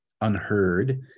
unheard